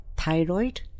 thyroid